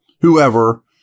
whoever